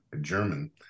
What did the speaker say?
German